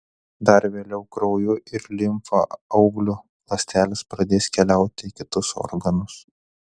dar vėliau krauju ir limfa auglio ląstelės pradės keliauti į kitus organus